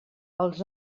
els